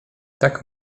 tak